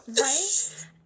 right